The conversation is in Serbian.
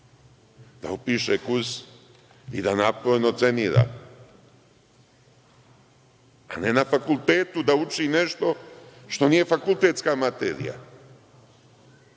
da upiše kurs i da naporno trenira. Ne na fakultetu da uči nešto što nije fakultetska materija.